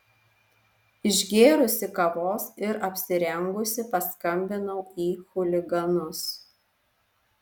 išgėrusi kavos ir apsirengusi paskambinau į chuliganus